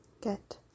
get